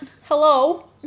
Hello